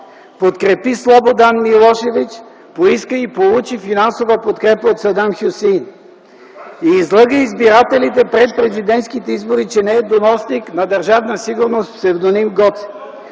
подкрепи Слободан Милошевич, поиска и получи финансова подкрепа от Саддам Хюсеин. Излъга избирателите преди президентските избори, че не е доносник на Държавна сигурност с псевдоним Гоце.